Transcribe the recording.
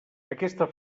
aquesta